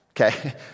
okay